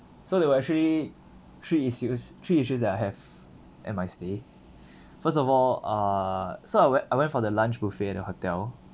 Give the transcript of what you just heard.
so there were actually three issues three issues that I have at my stay first of all err so I went I went for the lunch buffet at the hotel